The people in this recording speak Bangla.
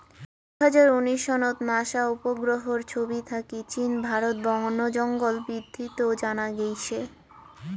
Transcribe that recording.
দুই হাজার উনিশ সনত নাসা উপগ্রহর ছবি থাকি চীন, ভারত বনজঙ্গল বিদ্ধিত জানা গেইছে